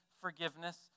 forgiveness